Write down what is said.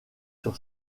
sur